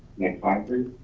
next slide, please.